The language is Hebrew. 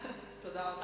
תודה רבה.